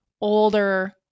older